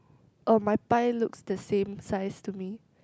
um my pie looks the same size to me